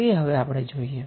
તે હવે આપણે જોઈએ